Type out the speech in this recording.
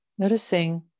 Noticing